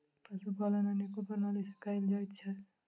पशुपालन अनेको प्रणाली सॅ कयल जाइत छै